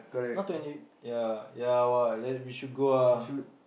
not twenty ya ya !wah! let we should go ah